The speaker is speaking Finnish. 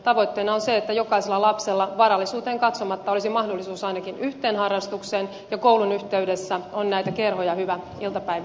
tavoitteena on se että jokaisella lapsella varallisuuteen katsomatta olisi mahdollisuus ainakin yhteen harrastukseen ja koulun yhteydessä on näitä kerhoja hyvä iltapäivisin pitää